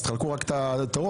אז תחלקו את הזמן.